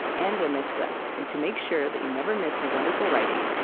and remezcla, and to make sure that you never miss her wonderful writing,